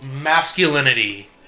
masculinity